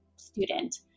student